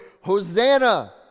Hosanna